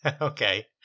Okay